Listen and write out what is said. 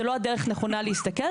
זה לא הדרך הנכונה להסתכל,